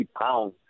pounds